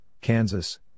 Kansas